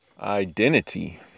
Identity